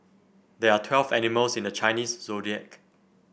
there are twelve animals in the Chinese Zodiac